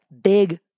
big